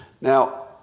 Now